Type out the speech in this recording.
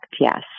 Yes